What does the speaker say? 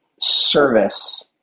service